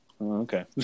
Okay